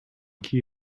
key